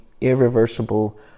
irreversible